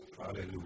Hallelujah